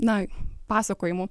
na pasakojimų